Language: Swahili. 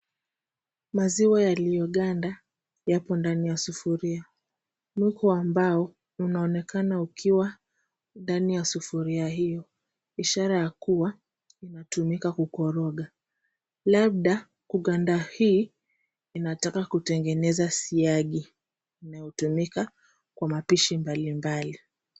Maziwa yaliyoganda, yapo ndani ya sufuria. Mwiko wa mbao unaonekana ukiwa ndani ya sufuria hiyo, ishara ya kuwa, unatumika kukoroga. Labda kuganda hii inataka kutengeneza siagi inayotumika kwa mapishi mbalimbali.